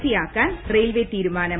C ആക്കാൻ railway തീരുമാനം